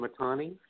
Matani